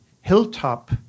hilltop